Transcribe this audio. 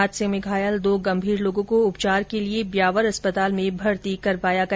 हादसे में घायल दो गंभीर लोगों को उपचार के लिये ब्यावर अस्पताल में भर्ती करवाया गया